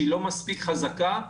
שהיא לא מספיק חזקה,